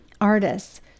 artists